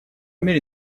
мере